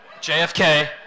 JFK